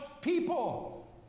people